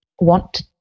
want